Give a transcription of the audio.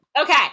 Okay